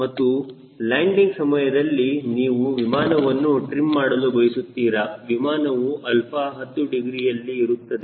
ಮತ್ತು ಲ್ಯಾಂಡಿಂಗ್ ಸಮಯದಲ್ಲಿ ನೀವು ವಿಮಾನವನ್ನು ಟ್ರಿಮ್ ಮಾಡಲು ಬಯಸುತ್ತೀರಾ ವಿಮಾನವು ಆಲ್ಫಾ 10ಡಿಗ್ರಿಯಲ್ಲಿ ಇರುತ್ತದೆ